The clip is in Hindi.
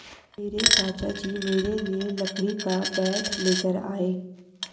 मेरे चाचा जी मेरे लिए लकड़ी का बैट लेकर आए